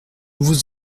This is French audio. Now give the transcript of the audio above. vous